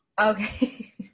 okay